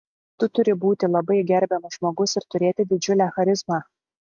tu turi būti labai gerbiamas žmogus ir turėti didžiulę charizmą